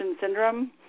syndrome